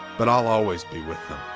but i'll always be with them.